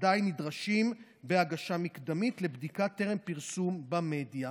עדיין נדרשים בהגשה מקדמית לבדיקה טרם פרסום במדיה.